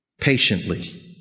patiently